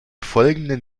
folgenden